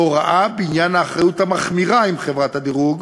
הוראה בעניין האחריות המחמירה עם חברת הדירוג.